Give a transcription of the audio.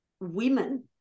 women